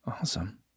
Awesome